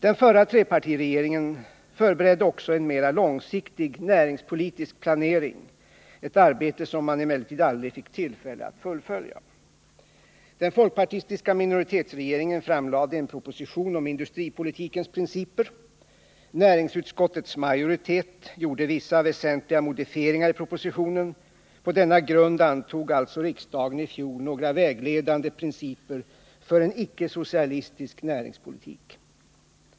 Den förra trepartiregeringen förberedde också en mer långsiktig näringspolitisk planering, ett arbete som man emellertid aldrig fick tillfälle att fullfölja. Den folkpartistiska minoritetsregeringen framlade en proposition om industripolitikens principer. Näringsutskottets majoritet gjorde vissa, väsentliga, modifieringar i propositionen. På denna grund antog alltså riksdagen i fjol några vägledande principer för en icke-socialistisk näringspolitik.